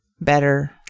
better